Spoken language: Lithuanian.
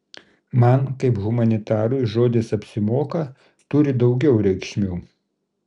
man kaip humanitarui žodis apsimoka turi daugiau reikšmių